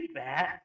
bad